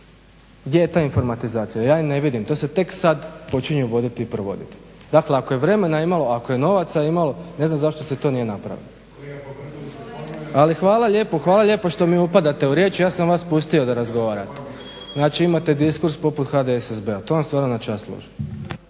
Gdje je ta informatizacija? Ja ju ne vidim. To se tek sada počinje uvoditi i provoditi. Dakle ako je vremena imalo ako je novaca imalo ne znam zašto se to nije napravilo. Ali hvala lijepo što mi upadate u riječ, ja sam vas pustio da razgovarate. Znači imate diskurs poput HDSSB-a to vam stvarno na čast služi.